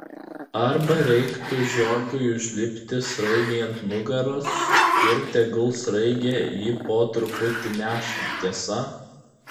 arba reiktų žiogui užlipti sraigei ant nugaros ir tegul sraigė jį po truputį neša tiesa